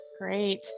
Great